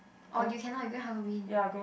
or you cannot you going Halloween